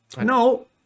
No